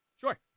Sure